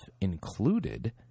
included